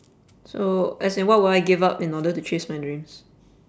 so as in what would I give up in order to chase my dreams